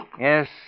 Yes